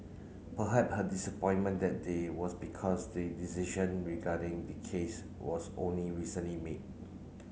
her disappointment that day was because the decision regarding the case was only recently made